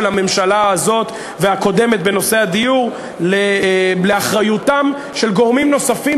הממשלה הזאת והקודמת בנושא הדיור לבין אחריותם של גורמים נוספים,